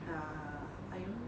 err I don't